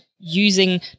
using